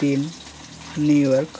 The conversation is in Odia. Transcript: ତିନି ନ୍ୟୁୟର୍କ